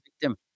victim